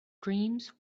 dreams